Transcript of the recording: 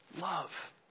love